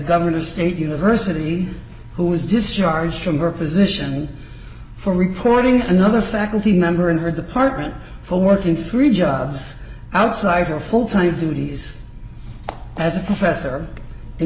govern state university who was discharged from her position for reporting another faculty member in her department for working three jobs outside her fulltime duties as a professor in